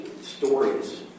stories